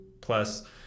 plus